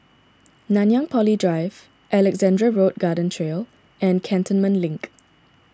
Nanyang Poly Drive Alexandra Road Garden Trail and Cantonment Link